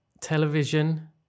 Television